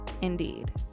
indeed